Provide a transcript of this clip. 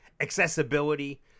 accessibility